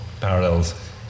Parallels